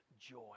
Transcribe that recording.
joy